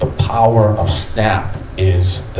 ah power of snap is